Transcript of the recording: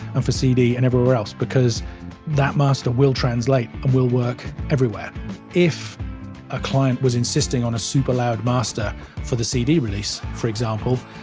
and for cd, and everywhere else, because that master will translate, and will work everywhere if a client was insisting on a super loud master for the cd release, for example,